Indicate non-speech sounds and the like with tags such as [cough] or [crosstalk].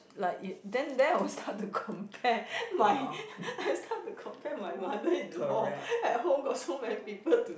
like it then there I will start to compare my [noise] I start to compare my mother-in-law at home got so many people to